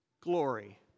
glory